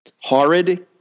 horrid